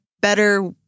better